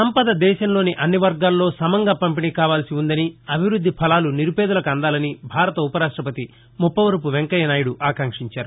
సంపద దేశంలోని అన్నివర్గాలలో సమంగా పంపిణీ కావాల్సి వుందని అభివృద్ది ఫలాలు నిరుపేదలకు అందాలని భారత ఉపరాష్టపతి ముప్పవరపు వెంకయ్య నాయుడు ఆకాంక్షించారు